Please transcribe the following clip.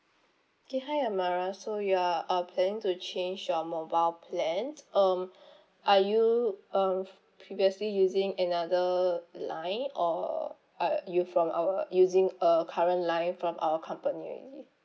okay hi amara so you are uh planning to change your mobile plans um are you uh previously using another line or uh you from our using a current line from our company already